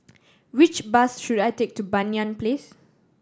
which bus should I take to Banyan Place